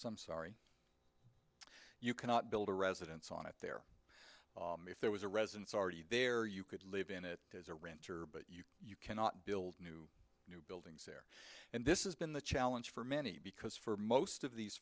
some sorry you cannot build a residence on it there if there was a residence already there you could live in it as a renter but you you cannot build new new buildings there and this is been the challenge for many because for most of these